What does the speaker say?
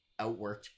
outworked